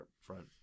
front